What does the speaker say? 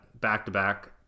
back-to-back